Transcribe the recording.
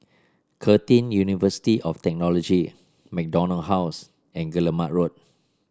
Curtin University of Technology MacDonald House and Guillemard Road